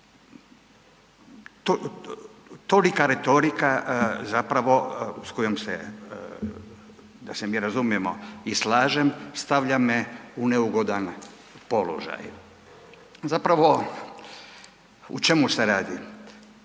tolika retorika zapravo s kojom se, da se mi razumijemo i slažem, stavlja me u neugodan položaj. Zapravo o čemu se radi?